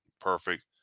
perfect